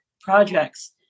projects